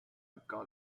got